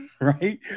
right